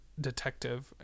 detective